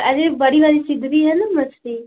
अरे बड़ी वाली सिदरी है ना मछली